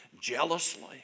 jealously